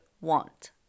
want